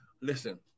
Listen